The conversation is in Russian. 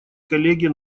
коллеги